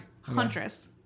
Huntress